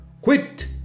QUIT